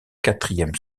quatrième